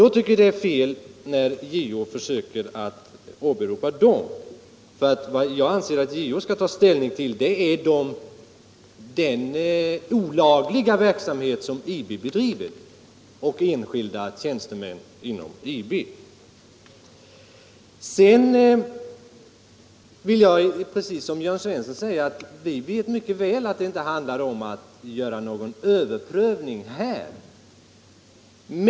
Då tycker jag att det är fel när JO försöker åberopa dem. Vad JO skall ta ställning till är den olagliga verksamhet som IB och enskilda tjänstemän inom IB har bedrivit. Sedan vill jag i likhet med herr Jörn Svensson framhålla att vi mycket väl vet att det inte handlar om någon överprövning.